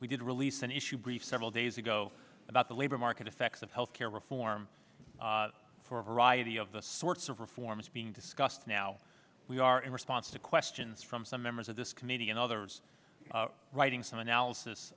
we did release an issue brief several days ago about the labor market effects of health care reform for a variety of the sorts of reforms being discussed now we are in response to questions from some members of this committee and others writing some analysis